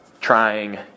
trying